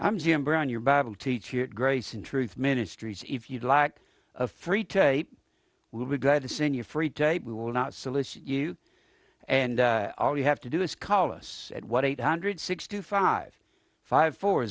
i'm jim brown your bible teacher at grace and truth ministries if you'd like a free tape we'll be glad to send your free tape we will not solicit you and all you have to do is call us at what eight hundred sixty five five four